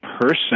person